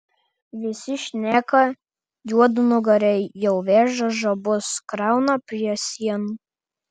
visi šneka juodnugariai jau veža žabus krauna prie sienų